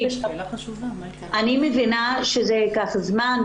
אני מבינה שזה ייקח זמן,